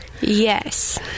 Yes